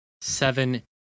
seven